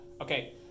okay